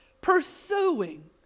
pursuing